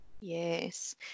Yes